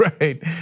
right